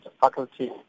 faculty